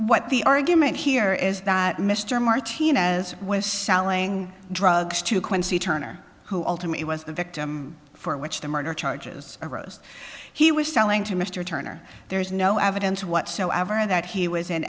what the argument here is that mr martinez was selling drugs to quincy turner who ultimately was the victim for which the murder charges arose he was selling to mr turner there's no evidence whatsoever that he was in